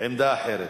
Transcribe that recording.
עמדה אחרת.